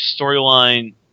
Storyline